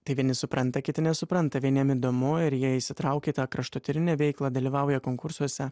tai vieni supranta kiti nesupranta vieniem įdomu ir jie įsitraukia į tą kraštotyrinę veiklą dalyvauja konkursuose